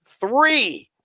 three